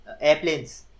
airplanes